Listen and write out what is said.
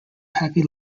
happy